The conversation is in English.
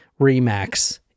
remax